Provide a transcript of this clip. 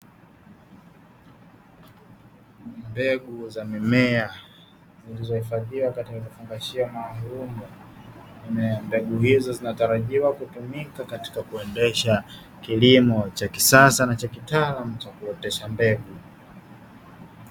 Mbegu za mimea zilizohifadhiwa katika kifungashio maalumu, mbegu hizo zinatarajiwa kutumika katika kuendesha kilimo cha kisasa na cha kitaalamu cha kuotesha mbegu.